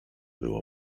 było